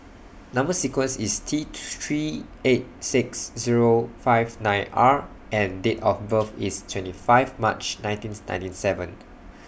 Number sequence IS T two three eight six Zero five nine R and Date of birth IS twenty five March nineteen ninety seven